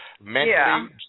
mentally